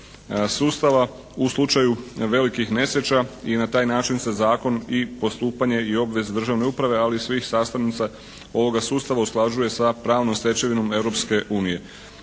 u slučaju velikih nesreća i na taj način se zakon i postupanje i obveze državne uprave, ali i svih sastavnica ovoga sustava usklađuje sa pravnom stečevinom Europske unije.